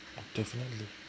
definitely